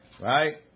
Right